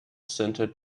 center